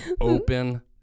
Open